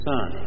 Son